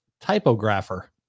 typographer